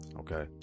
Okay